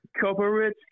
Corporate